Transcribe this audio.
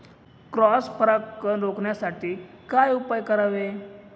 Cross परागकण रोखण्यासाठी काय उपाय करावे?